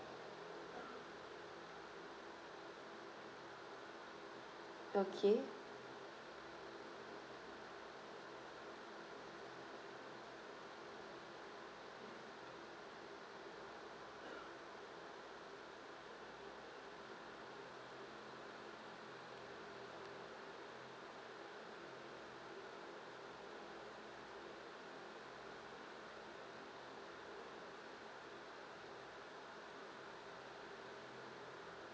okay